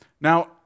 Now